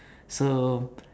so